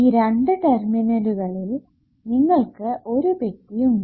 ഈ രണ്ടു ടെർമിനലുകള്ളിൽ നിങ്ങൾക്ക് ഒരു പെട്ടി ഉണ്ട്